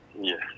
Yes